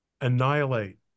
annihilate